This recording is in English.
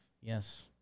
Yes